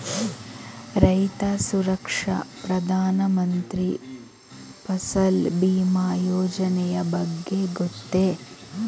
ರೈತ ಸುರಕ್ಷಾ ಪ್ರಧಾನ ಮಂತ್ರಿ ಫಸಲ್ ಭೀಮ ಯೋಜನೆಯ ಬಗ್ಗೆ ಗೊತ್ತೇ?